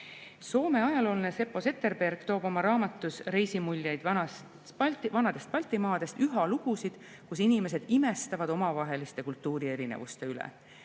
ajaloolane Seppo Zetterberg toob oma raamatus "Reisimuljeid vanadest Baltimaadest" üha lugusid, kus inimesed imestavad omavaheliste kultuurierinevuste üle.